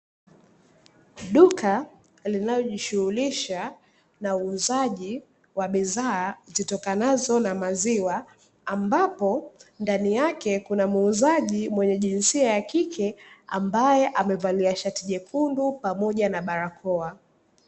Duka linalojihusisha na uuzaji wa bidhaa zitokanazo na maziwa ambapo ndani yake kuna muuzaji mwenye jinsia ya kike ambaye amevalia shati jekundu pamoja na barakoa.